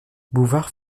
bouvard